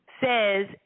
says